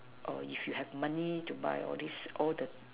oh if you have money to buy all this all the